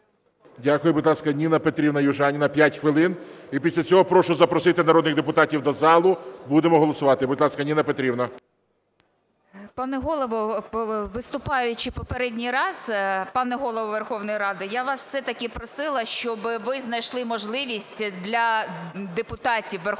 Дякую. Будь ласка, Ніна Петрівна Южаніна, 5 хвилин. І після цього прошу запросити народних депутатів до залу, будемо голосувати. Будь ласка, Ніно Петрівно. 12:09:36 ЮЖАНІНА Н.П. Пане Голово, виступаючи попередній раз, пане Голово Верховної Ради, я вас все-таки просила, щоб ви знайшли можливість для депутатів Верховної Ради,